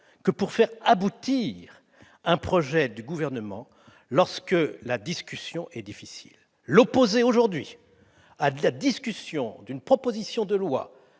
que pour faire aboutir un projet du Gouvernement lorsque la discussion est difficile. L'opposer aujourd'hui à la discussion d'une proposition de loi